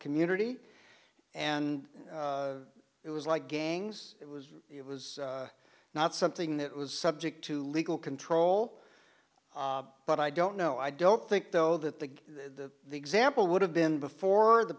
community and it was like gangs it was it was not something that was subject to legal control but i don't know i don't think though that the example would have been before the